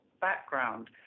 background